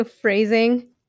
phrasing